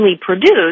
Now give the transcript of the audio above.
produced